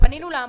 ופנינו לעמותה.